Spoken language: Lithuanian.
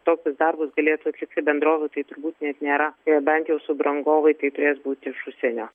tokius darbus galėtų atlikti bendrovių tai turbūt net nėra tai jau bent jau subrangovai kaip turės būti užsienio